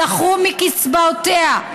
זכו מקצבאותיה,